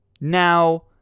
Now